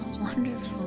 wonderful